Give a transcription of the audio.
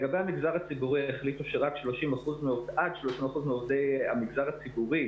לגבי המגזר הציבורי החליטו שעד 30% מעובדי המגזר הציבורי